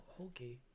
Okay